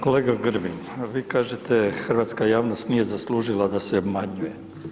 Kolega Grbin, vi kažete – hrvatska javnost nije zaslužila da se obmanjuje.